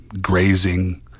grazing